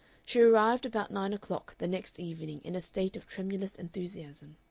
she arrived about nine o'clock the next evening in a state of tremulous enthusiasm.